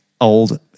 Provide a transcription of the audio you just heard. old